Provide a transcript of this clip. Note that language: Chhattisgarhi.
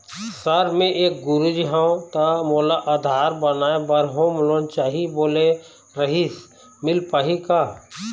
सर मे एक गुरुजी हंव ता मोला आधार बनाए बर होम लोन चाही बोले रीहिस मील पाही का?